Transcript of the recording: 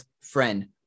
friend